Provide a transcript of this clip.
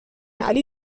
علی